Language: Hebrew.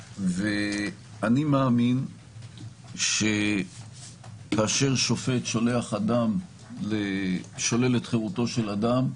אני מאמין שכאשר שופט שולל את חירותו של אדם,